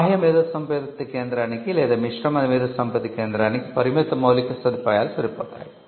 బాహ్య మేధోసంపత్తి కేంద్రానికి లేదా మిశ్రమ మేధోసంపత్తి కేంద్రానికి పరిమిత మౌలిక సదుపాయాలు సరిపోతాయి